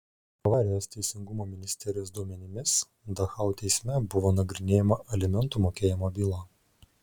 bavarijos teisingumo ministerijos duomenimis dachau teisme buvo nagrinėjama alimentų mokėjimo byla